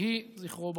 יהי זכרו ברוך.